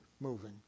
moving